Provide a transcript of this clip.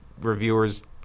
reviewers